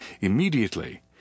Immediately